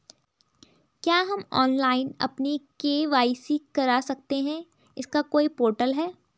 क्या हम ऑनलाइन अपनी के.वाई.सी करा सकते हैं इसका कोई पोर्टल है?